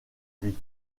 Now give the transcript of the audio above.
vie